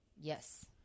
Yes